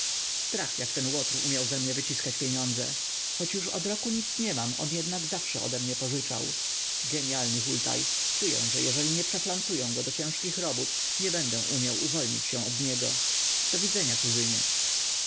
strach jak ten łotr umiał ze mnie wyciskać pieniądze choć już od roku nic nie mam on jednak zawsze odemnie pożyczał genialny hultaj czuję że jeżeli nie przeflancują go do ciężkich robót nie będę umiał uwolnić się od niego do widzenia kuzynie nie